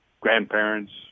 grandparents